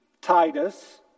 Titus